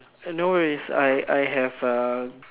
uh no worries I I I have uh